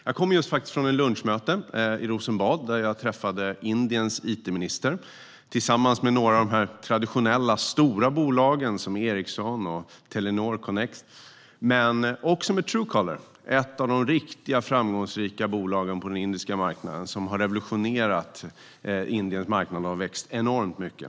Jag kommer just från ett lunchmöte i Rosenbad, där jag träffade Indiens it-minister tillsammans med några av de traditionella stora bolagen som Ericsson och Telenor Connexion men också med Truecaller, ett av de riktigt framgångsrika bolagen på den indiska marknaden. Truecaller har revolutionerat Indiens marknad och växt enormt mycket.